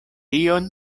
tion